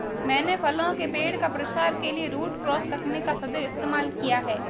मैंने फलों के पेड़ का प्रसार के लिए रूट क्रॉस तकनीक का सदैव इस्तेमाल किया है